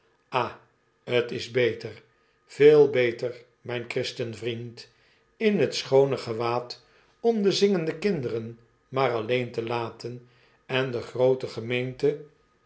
ah t is beter veel beter mijn christen vriend in t schoone gewaad om de zingende kinderen maar alleen te laten en de groote